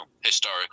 historic